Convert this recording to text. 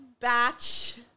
batch